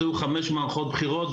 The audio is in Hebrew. היו חמש מערכות בחירות,